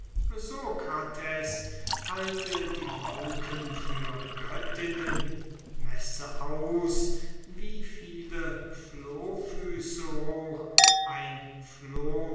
halte die wolken für göttinnen messe aus wie viele flohfüße hoch ein floh